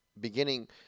Beginning